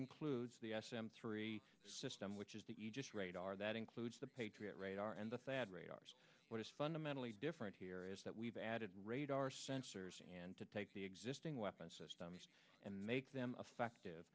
includes the s m three system which is the aegis radar that includes the patriot radar and the thad radars what is fundamentally different here is that we've added radar sensors and to take the existing weapons systems and make them effective